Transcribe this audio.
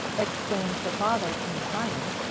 exclaimed the father, in triumph.